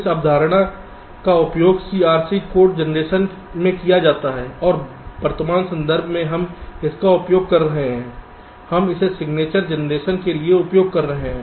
इस अवधारणा का उपयोग CRC कोड जनरेशन में किया जाता है और वर्तमान संदर्भ में हम इसका उपयोग कर रहे हैं हम इसे सिग्नेचर जनरेशन के लिए उपयोग कर रहे हैं